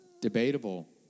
debatable